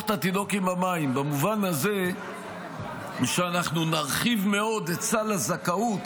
את התינוק עם המים במובן הזה שנרחיב מאוד את סל הזכאות